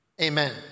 Amen